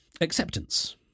acceptance